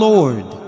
Lord